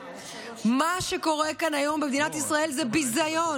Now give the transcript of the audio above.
מה שקורה כאן היום במדינת ישראל הוא ביזיון.